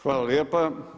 Hvala lijepa.